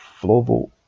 Flavo